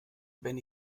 wenn